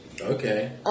Okay